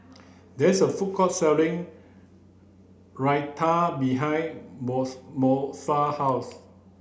there is a food court selling Raita behind Moesha house